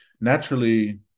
naturally